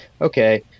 okay